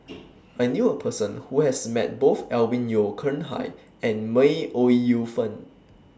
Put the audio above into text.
I knew A Person Who has Met Both Alvin Yeo Khirn Hai and May Ooi Yu Fen